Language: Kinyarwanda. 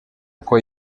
uko